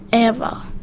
ever,